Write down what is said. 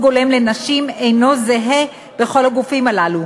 הולם לנשים איננה זהה בכל הגופים הללו.